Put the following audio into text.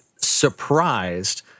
surprised